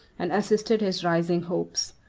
and assisted his rising hopes.